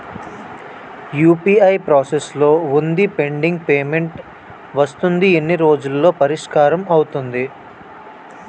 UPI process లో వుంది pending payment వస్తుంది ఎన్ని రోజుల్లో పరిష్కారం అవుతుంది